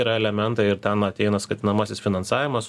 yra elementai ir ten ateina skatinamasis finansavimas